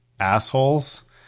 assholes